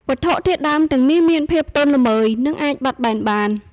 វត្ថុធាតុដើមទាំងនេះមានភាពទន់ល្មើយ និងអាចបត់បែនបាន។